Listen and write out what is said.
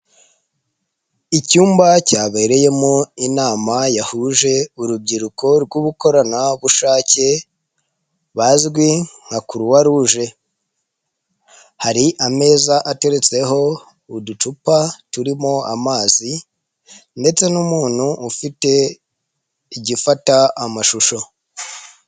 Icyumba cyabereyemo inama yahuje urubyiruko rw'ubukobushake bazwi nka croix rouge. Hari ameza ateretseho uducupa turimo amazi ndetse n'umuntu ufite igifata amashusho.